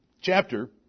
chapter